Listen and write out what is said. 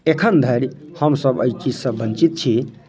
एखन धरि हमसभ एहि चीजसँ वञ्चित छी